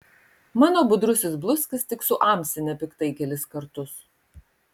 mano budrusis bluskis tik suamsi nepiktai kelis kartus